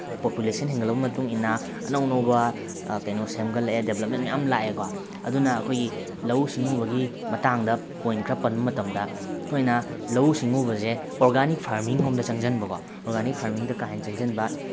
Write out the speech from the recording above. population ꯍꯦꯟꯒꯠꯂꯛꯄꯒꯤ ꯃꯇꯨꯡꯏꯟꯅ ꯑꯅꯧ ꯑꯅꯧꯕ ꯀꯩꯅꯣ ꯁꯦꯝꯒꯠꯂꯛꯑꯦ ꯗꯦꯕ꯭ꯂꯞꯃꯦꯟ ꯃꯌꯥꯝ ꯂꯥꯛꯑꯦꯀꯣ ꯑꯗꯨꯅ ꯑꯩꯈꯣꯏꯒꯤ ꯂꯧꯎ ꯁꯤꯡꯎꯕꯒꯤ ꯃꯇꯥꯡ ꯄꯣꯏꯟ ꯈꯔ ꯄꯟꯕ ꯃꯇꯝꯗ ꯑꯩꯈꯣꯏꯅ ꯂꯧꯎ ꯁꯤꯡꯎꯕꯁꯦ ꯑꯣꯔꯒꯥꯅꯤꯛ ꯐꯥꯔꯃꯤꯡꯂꯣꯝꯗ ꯆꯪꯁꯤꯟꯕꯀꯣ ꯑꯣꯔꯒꯥꯅꯤꯛ ꯐꯥꯔꯃꯤꯡꯗ ꯀꯥ ꯍꯦꯟꯅ ꯆꯪꯁꯤꯟꯕ